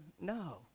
no